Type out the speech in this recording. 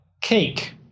Cake